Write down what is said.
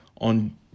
on